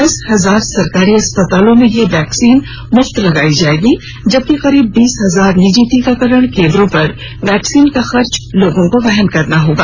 दस हजार सरकारी अस्पतालों में यह वैक्सीन मुफ्त लगायी जायेगी जबकि करीब बीस हजार निजी टीकाकरण केन्द्रों पर वैक्सीन का खर्च लोगों को वहन करना होगा